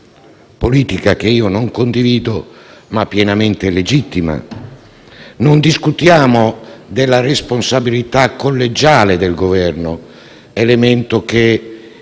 politica che io non condivido, ma che è pienamente legittima. Oggi non discutiamo della responsabilità collegiale del Governo, elemento che